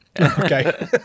Okay